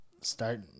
Start